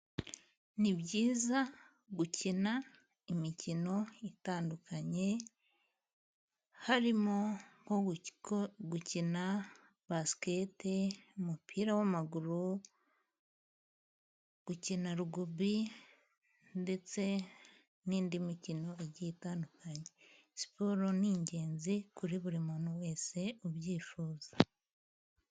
Ni byiza gukina imikino itandukanye, harimo nko gukina baskete, umupira w'amaguru, gukina rugubi ndetse n'indi mikino igiye itandukanye. Siporo ni ingenzi kuri buri muntu wese ubyifuza.